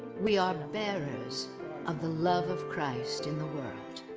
we are bearers of the love of christ in the world.